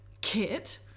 Kit